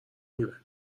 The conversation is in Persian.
میرم